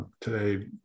today